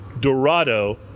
Dorado